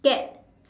get